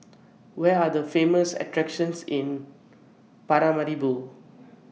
Where Are The Famous attractions in Paramaribo